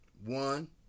One